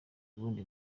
ubundi